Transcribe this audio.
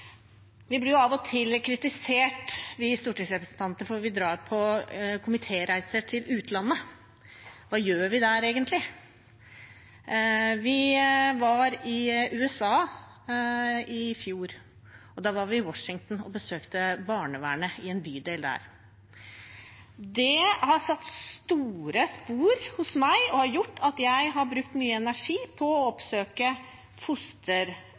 Vi blir av og til kritisert, vi stortingsrepresentanter, for at vi drar på komitéreiser til utlandet. Hva gjør vi egentlig der? Vi var i USA i fjor, og da var vi i Washington og besøkte barnevernet i en bydel der. Det har satt store spor hos meg og har gjort at jeg har brukt mye energi på å oppsøke